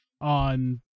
on